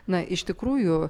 na iš tikrųjų